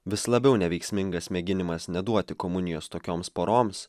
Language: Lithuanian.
vis labiau neveiksmingas mėginimas neduoti komunijos tokioms poroms